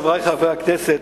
רבותי חברי הכנסת,